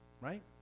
Right